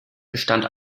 bestand